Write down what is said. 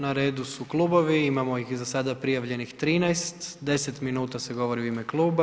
Na redu su klubovi, imamo ih za sada prijavljenih 13, 10 minuta se govori u ime kluba.